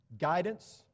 guidance